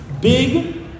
big